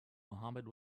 mohammad